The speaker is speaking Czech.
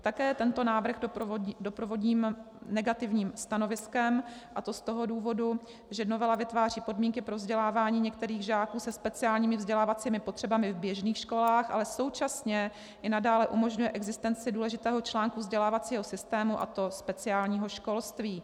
Také tento návrh doprovodím negativním stanoviskem, a to z toho důvodu, že novela vytváří podmínky pro vzdělávání některých žáků se speciálními vzdělávacími potřebami v běžných školách, ale současně i nadále umožňuje existenci důležitého článku vzdělávacího systému, a to speciálního školství.